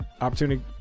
opportunity